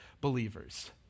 believers